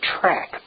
track